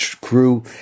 crew